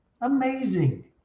Amazing